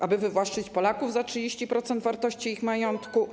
Aby wywłaszczyć Polaków za 30% wartości ich majątku?